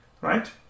right